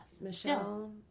Michelle